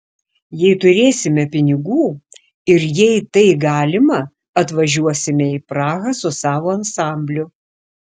jei turėsime pinigų ir jei tai galima atvažiuosime į prahą su savo ansambliu